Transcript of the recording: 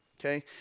okay